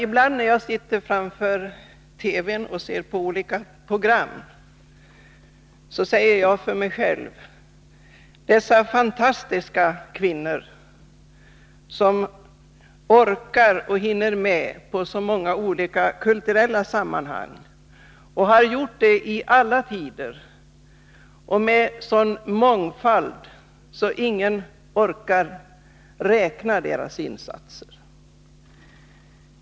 Ibland när jag sitter framför TV:n och ser på olika program säger jag för mig själv: Dessa fantastiska kvinnor som orkar och hinner vara medi så många kulturella sammanhang, har gjort det i alla tider och gör det i sådan mångfald att ingen hinner räkna dem och deras insatser.